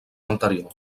anterior